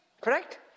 Correct